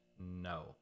No